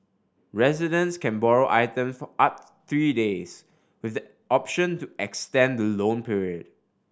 residents can borrow item for up three days with the option to extend the loan period